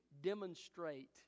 demonstrate